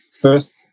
first